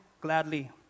gladly